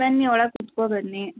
ಬನ್ನಿ ಒಳ ಕುತ್ಕೊ ಬನ್ನಿ